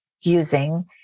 using